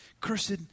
cursed